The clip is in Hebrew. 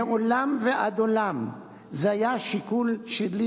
מעולם ועד עולם זה היה השיקול שלי.